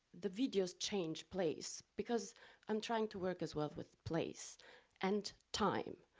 the videos change place, because i'm trying to work as well with place and time.